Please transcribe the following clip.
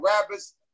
rappers